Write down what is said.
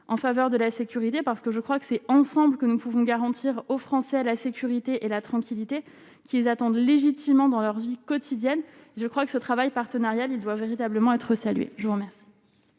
en faveur de la sécurité parce que je crois que c'est ensemble que nous pouvons garantir aux Français à la sécurité et la tranquillité qu'ils attendent légitimement dans leur vie quotidienne, je crois que ce travail partenarial il doit véritablement être salué, je vous remercie.